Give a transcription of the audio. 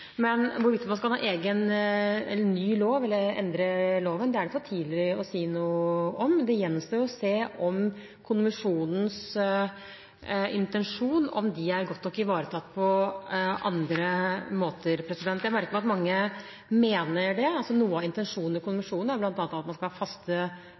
Men hvorvidt man skal ha en ny lov eller endre loven, er det for tidlig å si noe om. Det gjenstår å se om konvensjonens intensjon er godt nok ivaretatt på andre måter. Jeg merker meg at mange mener det. Noe av intensjonen i